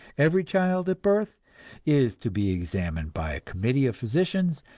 every child at birth is to be examined by a committee of physicians,